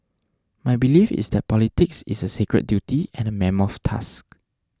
my belief is that politics is a sacred duty and a mammoth task